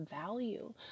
value